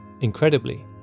Incredibly